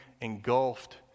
engulfed